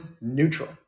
neutral